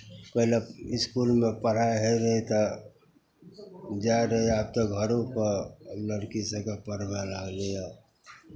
पहिलेके इसकुलमे पढ़ाइ होइत रहै तऽ जाइत रहै आब तऽ घरोपर लड़कीसभकेँ पढ़बय लागलैए